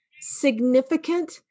significant